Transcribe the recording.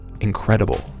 incredible